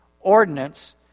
ordinance